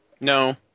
No